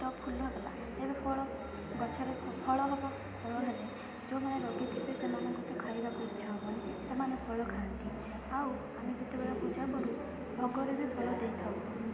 ତ ଫୁଲ ଗଲା ଏବେ ଫଳ ଗଛରେ ଫଳ ହବ ଫଳ ହେଲେ ଯେଉଁମାନେ ଫଳ ଲଗେଇଥିବେ ସେମାନଙ୍କୁ ତ ଖାଇବାକୁ ଇଚ୍ଛା ହବ ସେମାନେ ଫଳ ଖଆନ୍ତି ଆଉ ଆମେ ଯେତେବେଳେ ପୂଜା କରୁ ଭୋଗରେ ବି ଫଳ ଦେଇଥାଉ